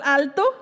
alto